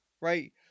right